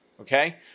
okay